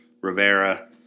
Rivera